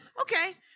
okay